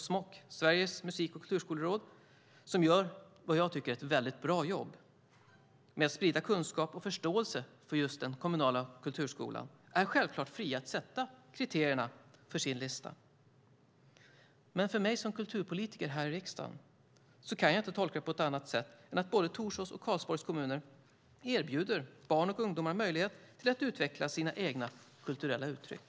SMOK, Sveriges musik och kulturskoleråd, som jag tycker gör ett väldigt bra jobb med att sprida kunskap och förståelse för just den kommunala kulturskolan, är självklart fri att sätta kriterierna för sin lista. Men jag som kulturpolitiker här i riksdagen kan inte tolka det på annat sätt än att både Torsås och Karlsborgs kommuner erbjuder barn och ungdomar möjlighet till att utveckla sina egna kulturella uttryck.